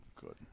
good